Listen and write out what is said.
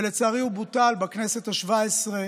ולצערי, הוא בוטל בכנסת השבע-עשרה